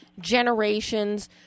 generations